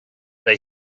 they